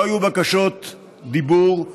לא היו בקשות דיבור,